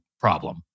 problem